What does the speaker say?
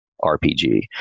RPG